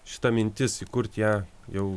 šita mintis įkurt ją jau